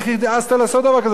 איך העזת לעשות דבר כזה?